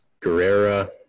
Guerrera